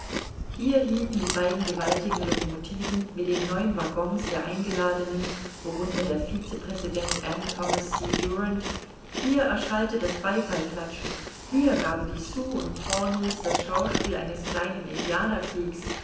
hier hielten die beiden gewaltigen locomotiven mit den neun waggons der eingeladenen worunter der vice präsident m thomas c durant hier erschallte das beifallklatschen hier gaben die sioux und pawnies das schauspiel eines kleinen